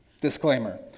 disclaimer